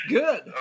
good